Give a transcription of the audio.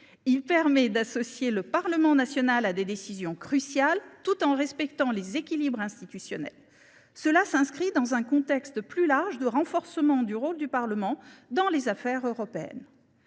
Il permet d’associer le Parlement à des décisions cruciales tout en respectant les équilibres institutionnels. Il s’inscrit dans un contexte plus large de renforcement du rôle du Parlement dans les affaires européennes.